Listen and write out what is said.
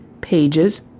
Pages